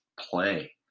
play